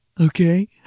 okay